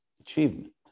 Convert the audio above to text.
achievement